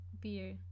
beer